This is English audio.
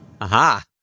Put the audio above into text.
Aha